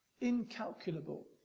incalculable